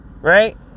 right